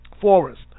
forest